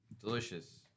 Delicious